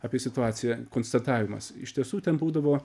apie situaciją konstatavimas iš tiesų ten būdavo